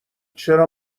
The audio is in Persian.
چرا